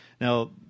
Now